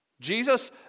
Jesus